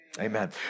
Amen